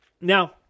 Now